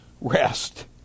rest